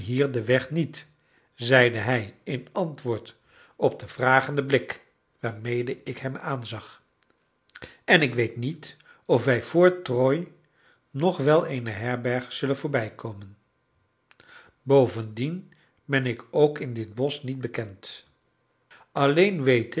hier den weg niet zeide hij in antwoord op den vragenden blik waarmede ik hem aanzag en ik weet niet of wij vr troyes nog wel eene herberg zullen voorbijkomen bovendien ben ik ook in dit bosch niet bekend alleen weet